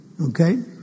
Okay